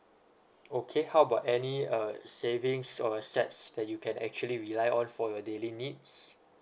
okay how about any uh savings or assets that you can actually rely on for your daily needs